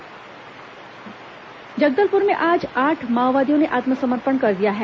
माओवादी समर्पण जगदलपुर में आज आठ माओवादियों ने आत्मसमर्पण कर दिया है